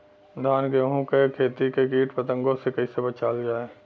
धान गेहूँक खेती के कीट पतंगों से कइसे बचावल जाए?